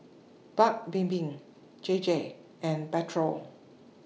Paik's Bibim J J and Pedro